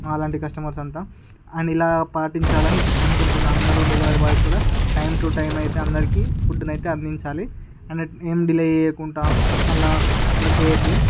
మాలాంటి కస్టమర్స్ అంతా అండ్ ఎలా పాటించాలి అని అనుకుంటున్నా అందరు డెలివరీ బాయ్స్ కూడా టైమ్ టు టైమ్ అయితే అందరికీ ఫుడ్ నైతే అందించాలి అండ్ ఏం డిలే చేయకుండా మళ్ళ అట్లా చేయొద్దు